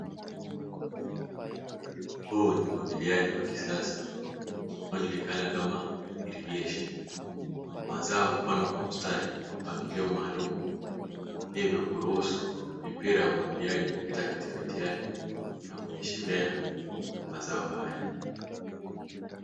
Huu ni umwagiliaji wa kisasa hujulikana kama "irrigation " mazao hupandwa Kwa mstari na mpangilio maalumu na hivyo kuruhusu mipira ya umwagiliaji kupitia Katikati yake na kunyweshelea mazao haya.